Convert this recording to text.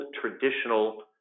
traditional